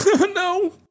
No